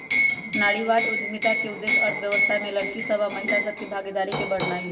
नारीवाद उद्यमिता के उद्देश्य अर्थव्यवस्था में लइरकि सभ आऽ महिला सभ के भागीदारी के बढ़ेनाइ हइ